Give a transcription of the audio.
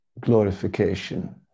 glorification